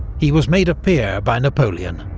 he was made a peer by napoleon,